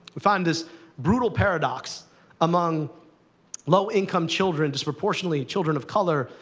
we find this brutal paradox among low-income children, disproportionately children of color,